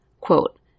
quote